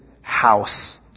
house